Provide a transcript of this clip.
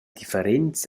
differents